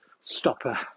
stopper